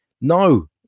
no